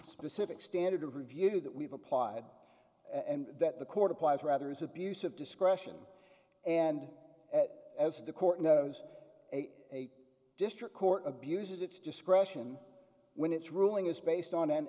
specific standard of review that we've applied that the court applies for others abuse of discretion and as the court knows a district court abuses its discretion when its ruling is based on